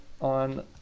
On